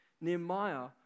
Nehemiah